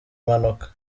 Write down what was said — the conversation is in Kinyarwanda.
mpanuka